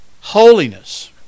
Holiness